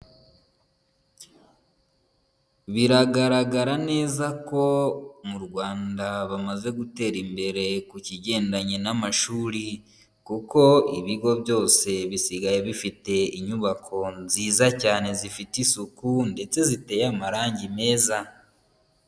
Biragaragara neza ko mu Rwanda bamaze gutera imbere ku kigendanye n'amashuri kuko ibigo byose bisigaye bifite inyubako nziza cyane, zifite isuku ndetse ziteye amarangi meza.